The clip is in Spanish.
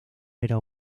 era